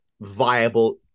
viable